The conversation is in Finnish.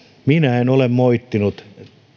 minä en ole moittinut